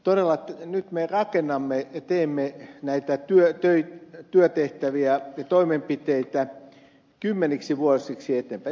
todella nyt me rakennamme teemme näitä työtehtäviä ja toimenpiteitä kymmeniksi vuosiksi eteenpäin